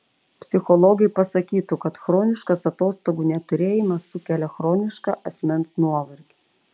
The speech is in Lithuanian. psichologai pasakytų kad chroniškas atostogų neturėjimas sukelia chronišką asmens nuovargį